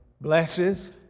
blesses